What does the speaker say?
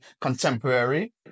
contemporary